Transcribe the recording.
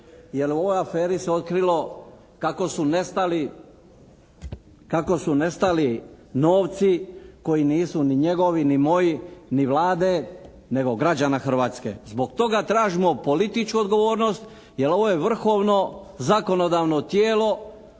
jer u ovoj aferi se otkrilo kako su nestali novci koji nisu ni njegovi, ni moji, ni Vlade, nego građana Hrvatske. Zbog toga tražimo političku odgovornost jer ovo je vrhovno zakonodavno tijelo